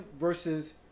versus